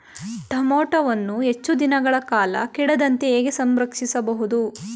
ಟೋಮ್ಯಾಟೋವನ್ನು ಹೆಚ್ಚು ದಿನಗಳ ಕಾಲ ಕೆಡದಂತೆ ಹೇಗೆ ಸಂರಕ್ಷಿಸಬಹುದು?